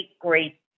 great